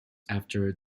after